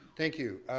thank you,